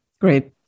Great